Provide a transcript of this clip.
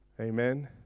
Amen